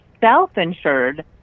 self-insured